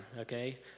okay